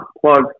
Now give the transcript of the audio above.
Plug